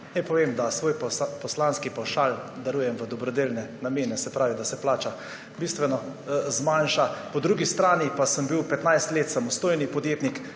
Naj povem, da svoj poslanski pavšal darujem v dobrodelne namene, se pravi, da se plača bistveno zmanjša. Po drugi strani pa sem bil 15 let samostojni podjetnik,